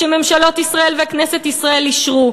שממשלות ישראל וכנסת ישראל אישרו,